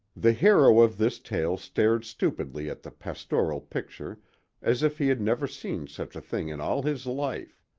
the hero of this tale stared stupidly at the pastoral picture as if he had never seen such a thing in all his life